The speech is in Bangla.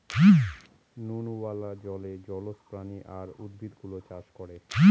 নুনওয়ালা জলে জলজ প্রাণী আর উদ্ভিদ গুলো চাষ করে